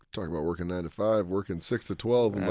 talk about workin' nine to five. working six to twelve,